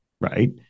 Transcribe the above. right